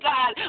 God